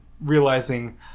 realizing